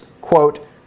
quote